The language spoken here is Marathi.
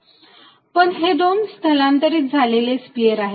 0cosθ पण हे दोन स्थलांतरित झालेले स्पियर आहेत